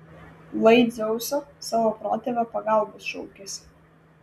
lai dzeuso savo protėvio pagalbos šaukiasi